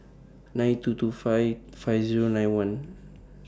nine two two five five Zero nine one